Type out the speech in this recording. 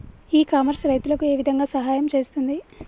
ఇ commerce రైతులకు ఏ విధంగా సహాయం చేస్తుంది?